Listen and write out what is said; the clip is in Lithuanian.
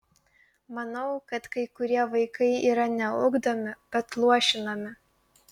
manau kad kai kurie vaikai yra ne ugdomi bet luošinami